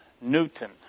Newton